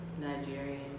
Nigerian